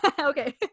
Okay